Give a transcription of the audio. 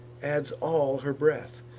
adds all her breath